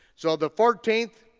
so the fourteenth,